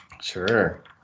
Sure